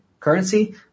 currency